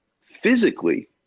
physically